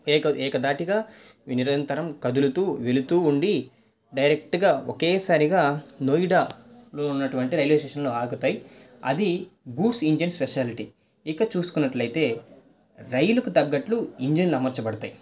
ఏక ఏకధాటిగా నిరంతరం కదులుతూ వెళుతూ ఉండి డైరెక్ట్గా ఒకేసారిగా నోయిడాలో ఉండేటువంటి రైల్వే స్టేషన్లో ఆగుతాయి అది గూడ్స్ ఇంజన్ స్పెసాలటి ఇంకా చూసుకున్నట్లయితే రైలుకు తగ్గట్టు ఇంజన్లు అమర్చబడతాయి